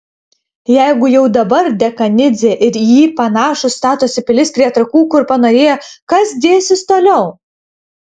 jeigu jau dabar dekanidzė ir į jį panašūs statosi pilis prie trakų kur panorėję kas dėsis toliau